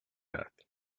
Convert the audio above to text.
that